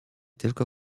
tylko